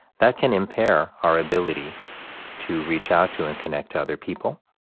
that can impair our ability to reach out to and connect to other people